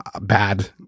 bad